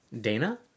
dana